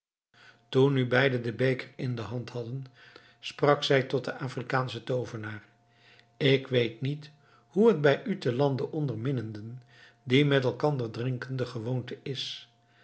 toen nu beiden den beker in de hand hadden sprak zij tot den afrikaanschen toovenaar ik weet niet hoe het bij u te lande onder minnenden die met elkander drinken de gewoonte is